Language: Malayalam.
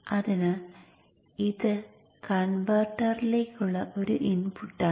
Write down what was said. അതിനാൽ ഇത് കൺവെർട്ടറിലേക്കുള്ള ഒരു ഇൻപുട്ടാണ്